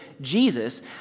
Jesus